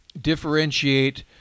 differentiate